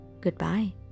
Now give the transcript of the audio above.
Goodbye